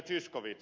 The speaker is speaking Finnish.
zyskowicz